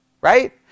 right